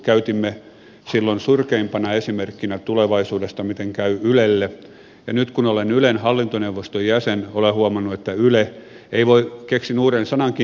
käytimme silloin surkeimpana esimerkkinä tulevaisuudesta miten käy ylelle ja nyt kun olen ylen hallintoneuvostojäsen ole huomannut että yle hallintoneuvoston jäsen keksin uuden sanankin